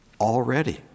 already